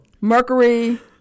Mercury